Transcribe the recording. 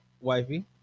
wifey